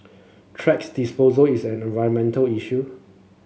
tracks disposal is an environmental issue